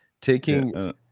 taking